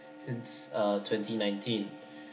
since uh twenty nineteen